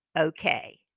okay